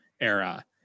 era